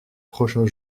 prochains